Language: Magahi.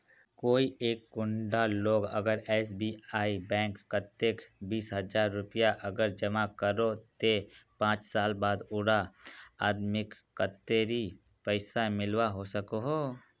कोई एक कुंडा लोग अगर एस.बी.आई बैंक कतेक बीस हजार रुपया अगर जमा करो ते पाँच साल बाद उडा आदमीक कतेरी पैसा मिलवा सकोहो?